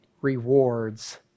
rewards